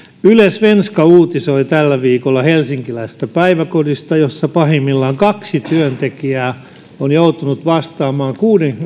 svenska yle uutisoi tällä viikolla helsinkiläisestä päiväkodista jossa pahimmillaan kaksi työntekijää on joutunut vastaamaan